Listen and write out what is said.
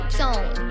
tone